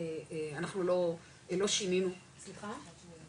אנחנו לא שינינו --- שעות שבועיות.